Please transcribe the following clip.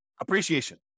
appreciation